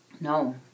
No